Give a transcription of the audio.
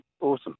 Awesome